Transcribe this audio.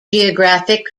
geographic